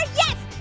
yes.